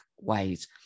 ways